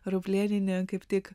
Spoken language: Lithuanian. ruplėnienė kaip tik